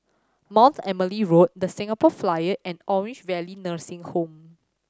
Mount Emily Road The Singapore Flyer and Orange Valley Nursing Home